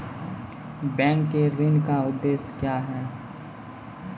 Bank के ऋण का उद्देश्य क्या हैं?